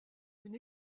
une